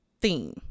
theme